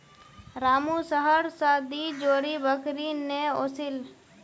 रामू शहर स दी जोड़ी बकरी ने ओसील